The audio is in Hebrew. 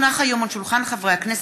בנושא: אלימות כלפי מורים במערכת החינוך.